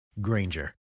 Granger